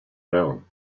known